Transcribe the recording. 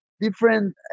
different